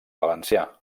valencià